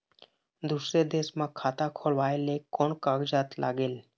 दूसर देश मा खाता खोलवाए ले कोन कागजात लागेल?